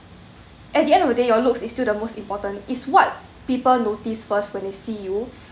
at the end of the day your looks is still the most important it's what people notice first when they see you